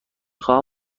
خواهم